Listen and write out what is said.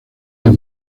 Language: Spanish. diez